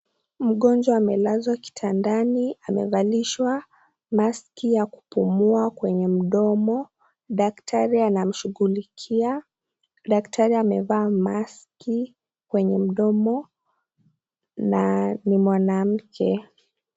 Mgonjwa amelazwa kitandani amevalishwa maski ya kupumua kwenye mdomo daktari anamshughulikia, daktari amevaa maski kwenye mdomo na ni mwanamke.